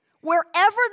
Wherever